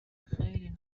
خیلی